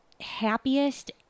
happiest